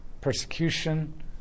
persecution